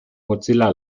mozilla